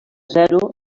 zero